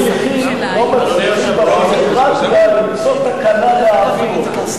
לא מצליחים בביורוקרטיה למצוא תקנה להעביר אותו.